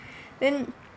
and